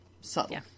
Subtle